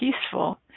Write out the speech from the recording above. peaceful